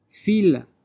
feel